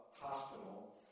Hospital